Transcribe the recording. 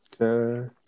Okay